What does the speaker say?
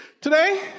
today